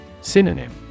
Synonym